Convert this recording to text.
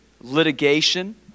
litigation